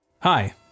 Hi